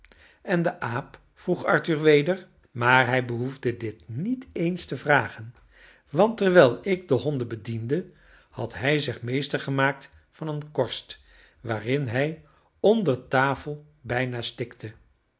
en de aap vroeg arthur weder maar hij behoefde dit niet eens te vragen want terwijl ik de honden bediende had hij zich meester gemaakt van een korst waarin hij onder tafel bijna stikte